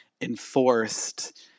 enforced